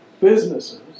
businesses